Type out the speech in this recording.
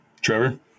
Trevor